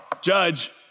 Judge